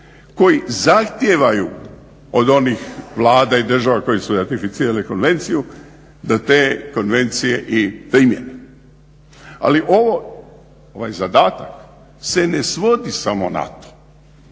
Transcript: koji zahtijevaju od onih Vlada i država koje su ratificirale konvenciju da te konvencije i primjene. Ali ovo, ovaj zadatak se ne svodi samo na to.